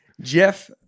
Jeff